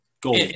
Gold